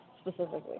specifically